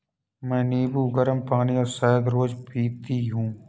मैं नींबू, गरम पानी और शहद रोज पीती हूँ